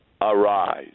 arise